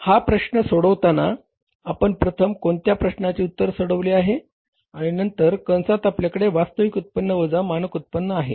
हा प्रश्न सोडवताना आपण प्रथम कोणत्या प्रश्नाचे उत्तर सोडवले आहे आणि नंतर कंसात आपल्याकडे वास्तविक उत्पन्न वजा मानक उत्पन्न आहे